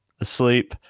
asleep